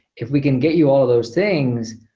if we can get you all those things,